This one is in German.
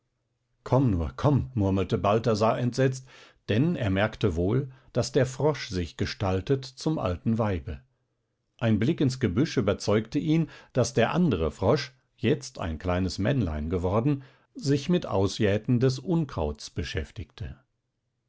komm nur komm murmelte balthasar entsetzt denn er merkte wohl daß der frosch sich gestaltet zum alten weibe ein blick ins gebüsch überzeugte ihn daß der andere frosch jetzt ein kleines männlein geworden sich mit ausjäten des unkrauts beschäftigte